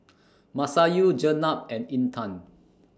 Masayu Jenab and Intan